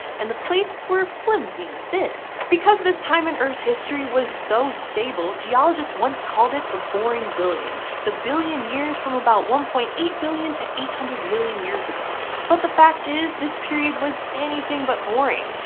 and the plates were flimsy and thin. because this time in earth's history was so stable, geologists once called it the boring billion the billion years from about one point eight billion to eight hundred million years ago. but the fact is, this period was anything but boring.